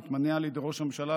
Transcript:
המתמנה על ידי ראש הממשלה,